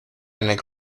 nel